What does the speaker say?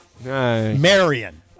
Marion